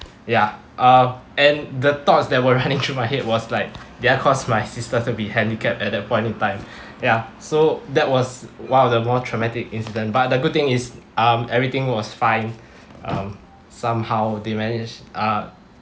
ya uh and the thoughts that were running through my head was like did I cause my sister to be handicapped at that point in time ya so that was one of the more traumatic incident but the good thing is um everything was fine um somehow they managed uh